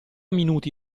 minuti